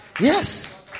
Yes